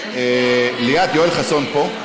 ליאת, יואל חסון פה?